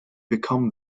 become